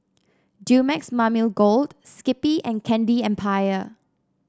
Dumex Mamil Gold Skippy and Candy Empire